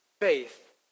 faith